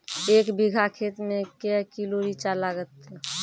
एक बीघा खेत मे के किलो रिचा लागत?